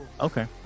Okay